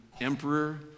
Emperor